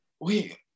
Wait